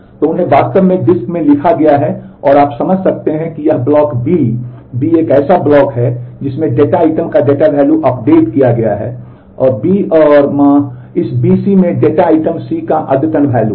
तो उन्हें वास्तव में डिस्क लिखा गया है और आप समझ सकते हैं कि यह ब्लॉक B B एक ऐसा ब्लॉक है जिसमें डेटा आइटम का डेटा वैल्यू अपडेट किया गया है B और मा इस B C में डेटा आइटम C का अद्यतन वैल्यू है